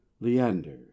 Leander